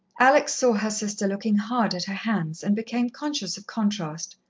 alex saw her sister looking hard at her hands, and became conscious of contrast.